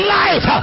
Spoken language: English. life